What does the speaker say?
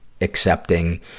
accepting